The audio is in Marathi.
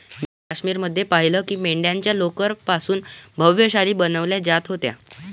मी काश्मीर मध्ये पाहिलं की मेंढ्यांच्या लोकर पासून भव्य शाली बनवल्या जात होत्या